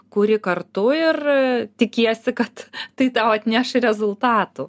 kuri kartu ir tikiesi kad tai tau atneš rezultatų